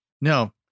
no